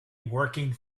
working